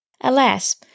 Alas